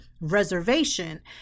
reservation